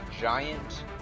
giant